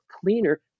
cleaner